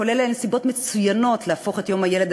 כל אלה הן סיבות מצוינות להפוך את יום הילד